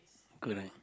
good leh